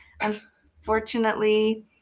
Unfortunately